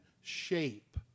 shape